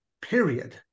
period